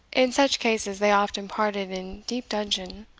in such cases they often parted in deep dudgeon,